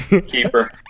Keeper